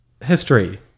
History